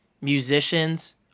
musicians